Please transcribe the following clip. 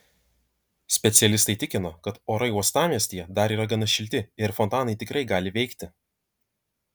specialistai tikino kad orai uostamiestyje dar yra gana šilti ir fontanai tikrai gali veikti